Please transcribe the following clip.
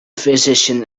physician